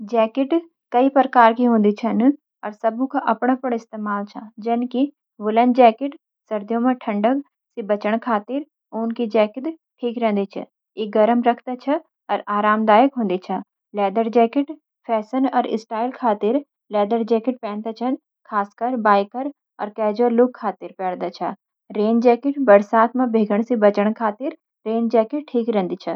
जैकिट के कई प्रकार छन, अर सबकै अपण अपण इस्तेमाल छै। जैंकि: वूलन जैकिट – सर्दियों में ठंडक बचण खातिर ऊन की जैकिट ठिकर छन। ई गर्म रखदा अर छ आरामदायक हों दी छन। लेदर जैकिट – फैशन अर स्टाइल खातिर लेदर जैकिट पहरदा छ, खासकर बाइकर अर कैजुअल लुक खातिर पहरेदा छ। रेन जैकिट – बरसात में भीगण बचण खातिर रेन जैकिट ठिर रे दी छन।